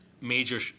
major